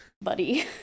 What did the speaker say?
buddy